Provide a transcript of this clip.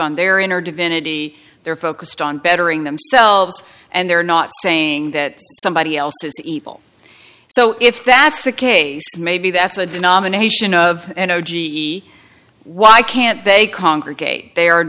on their inner divinity they're focused on bettering themselves and they're not saying that somebody else is evil so if that's the case maybe that's a denomination of energy easy why can't they congregate they